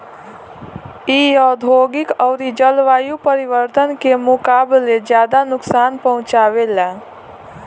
इ औधोगिक अउरी जलवायु परिवर्तन के मुकाबले ज्यादा नुकसान पहुँचावे ला